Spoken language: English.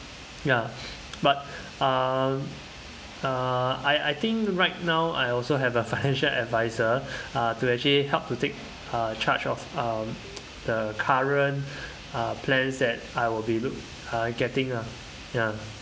ya but um uh I I think right now I also have a financial advisor uh to actually help to take uh charge of um the current uh plans that I will be look uh getting ah ya